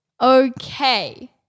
Okay